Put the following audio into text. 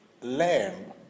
learn